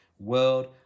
world